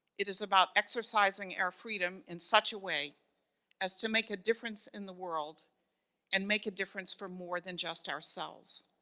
it is about exercising our freedom in such a way as to make a difference in the world and make a difference for more than just ourselves.